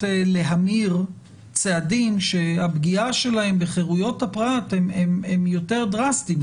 להמיר צעדים שהפגיעה שלהם בחירויות הפרט הם יותר דרסטיים.